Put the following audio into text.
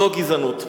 זו גזענות.